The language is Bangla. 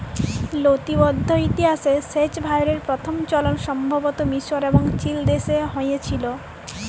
লতিবদ্ধ ইতিহাসে সেঁচ ভাঁয়রের পথম চলল সম্ভবত মিসর এবং চিলদেশে হঁয়েছিল